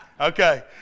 Okay